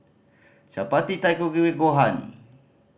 Chapati Takikomi Gohan